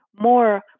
more